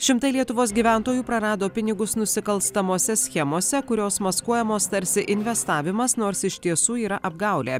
šimtai lietuvos gyventojų prarado pinigus nusikalstamose schemose kurios maskuojamos tarsi investavimas nors iš tiesų yra apgaulė